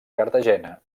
cartagena